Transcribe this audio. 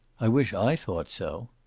i wish i thought so!